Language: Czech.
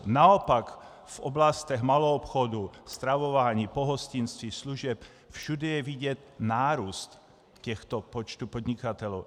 Naopak v oblastech maloobchodu, stravování, pohostinství, služeb, všude je vidět nárůst počtu těchto podnikatelů.